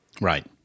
Right